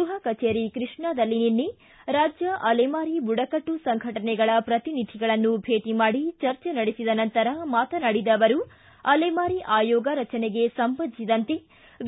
ಗ್ಟಪ ಕಚೇರಿ ಕೃಷ್ಣಾದಲ್ಲಿ ನಿನ್ನೆ ರಾಜ್ಯ ಅಲೆಮಾರಿ ಬುಡಕಟ್ಟು ಸಂಘಟನೆಗಳ ಪ್ರತಿನಿಧಿಗಳನ್ನು ಭೇಟಿ ಮಾಡಿ ಚರ್ಚೆ ನಡೆಸಿದ ನಂತರ ಮಾತನಾಡಿದ ಅವರು ಅಲೆಮಾರಿ ಆಯೋಗ ರಚನೆಗೆ ಸಂಬಂಧಿಸಿದಂತೆ